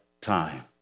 time